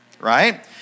right